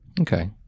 Okay